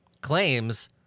claims